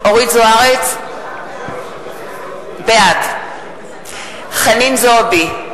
בעד חנין זועבי,